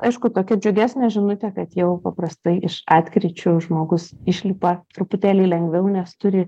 aišku tokia džiugesnė žinutė kad jau paprastai iš atkryčių žmogus išlipa truputėlį lengviau nes turi